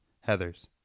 Heather's